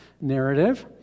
narrative